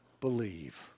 believe